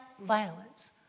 violence